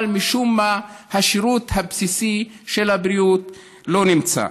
אבל משום מה השירות הבסיסי של הבריאות לא נמצא.